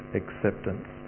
acceptance